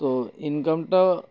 তো ইনকামটাও